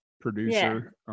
producer